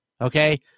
Okay